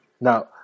Now